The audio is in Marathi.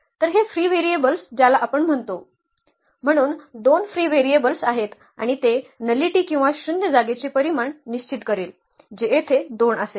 तर हे फ्री व्हेरिएबल्स ज्याला आपण म्हणतो म्हणून दोन फ्री व्हेरिएबल्स आहेत आणि ते नलिटी किंवा शून्य जागेचे परिमाण निश्चित करेल जे येथे 2 असेल